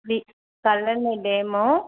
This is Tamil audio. கல்லணை டேமும்